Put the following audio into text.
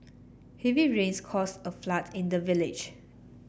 heavy rains caused a flood in the village